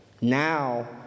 now